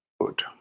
good